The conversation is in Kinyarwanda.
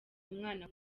umwana